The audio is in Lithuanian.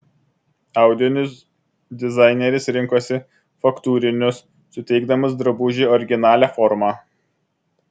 audinius dizaineris rinkosi faktūrinius suteikdamas drabužiui originalią formą